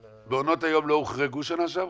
אבל --- מעונות היום לא הוחרגו בשנה שעברה?